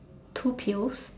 two pills